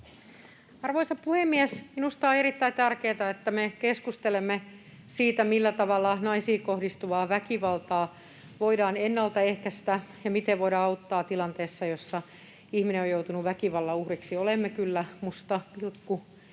Arvoisa puhemies! Minusta on erittäin tärkeätä, että me keskustelemme siitä, millä tavalla naisiin kohdistuvaa väkivaltaa voidaan ennaltaehkäistä ja miten voidaan auttaa tilanteessa, jossa ihminen on joutunut väkivallan uhriksi. Olemme kyllä musta pilkku